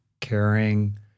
caring